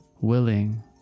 willing